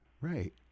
Right